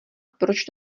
proč